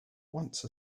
once